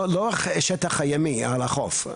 לא השטח הימי על החוף.